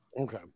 Okay